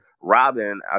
Robin